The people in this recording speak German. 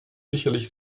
sicherlich